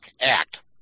Act